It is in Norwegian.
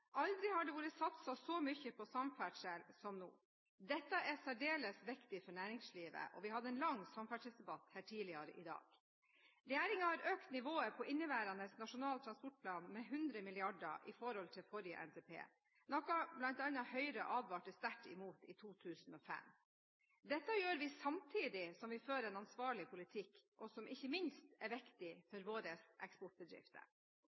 aldri har vært satset så mye på samferdsel som nå. Dette er særdeles viktig for næringslivet – vi hadde en lang samferdselsdebatt her tidligere i dag. Regjeringen har økt nivået i inneværende Nasjonal transportplan med 100 mrd. kr sammenlignet med forrige NTP, noe Høyre advarte sterkt imot i 2005. Dette gjør vi samtidig som vi fører en ansvarlig politikk, noe som ikke minst er viktig for våre eksportbedrifter.